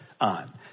on